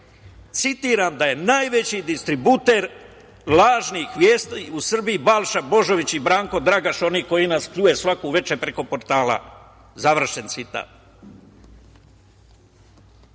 citiram da je najveći distributer lažnih vesti u Srbiji Balša Božović i Branko Dragaš, oni koji nas pljuju svako veče preko portala“.Ako ima